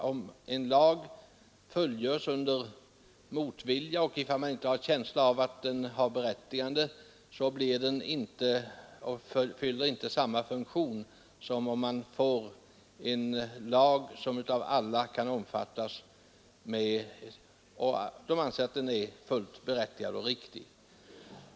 Om en lag efterföljs under motvilja och man har en känsla av att bestämmelserna inte har något berättigande, fyller den inte samma funktion som om alla anser att lagen är fullt berättigad och riktig.